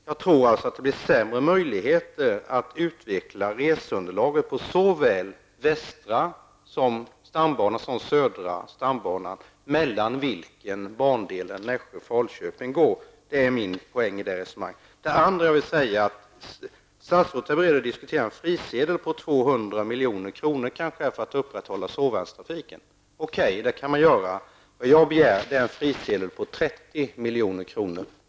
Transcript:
Jag tror att det blir sämre möjligheter att utveckla reseunderlaget på såväl västra stambanan som södra stambanan, mellan vilka bandelen Nässjö-- Statsrådet är beredd att diskutera en frisedel på 200 miljoner för att upprätthålla sovagnstrafiken. Okej, det kan man göra, men vad jag begär är en frisedel på 30 miljoner.